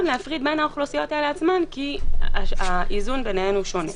להפריד בין האוכלוסיות האלה עצמן כי האיזון ביניהם שונה.